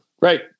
Right